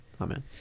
Amen